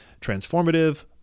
transformative